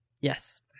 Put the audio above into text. Yes